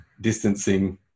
distancing